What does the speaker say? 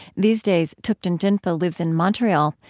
these days, thupten jinpa lives in montreal,